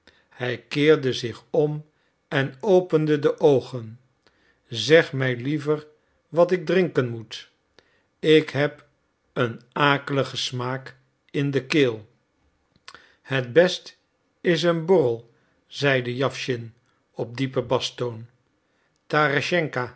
hij keerde zich om en opende de oogen zeg mij liever wat ik drinken moet ik heb een akeligen smaak in de keel het best is een borrel zeide jawschin op diepen bastoon tareschenka